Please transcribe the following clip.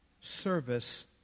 service